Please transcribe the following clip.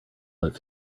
but